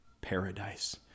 paradise